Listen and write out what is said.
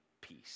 peace